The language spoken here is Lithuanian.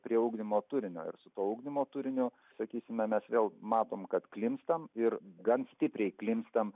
prie ugdymo turinio ir su tuo ugdymo turiniu sakysime mes vėl matom kad klimpstam ir gan stipriai klimpstam